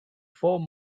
four